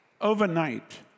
overnight